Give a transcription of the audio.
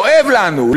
כואב לנו.